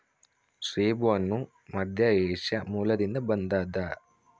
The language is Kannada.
ಸೇಬುಹಣ್ಣು ಮಧ್ಯಏಷ್ಯಾ ಮೂಲದಿಂದ ಬಂದದ